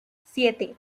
siete